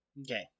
Okay